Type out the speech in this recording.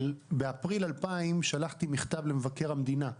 באפריל 2000 שלחתי מכתב למבקר המדינה,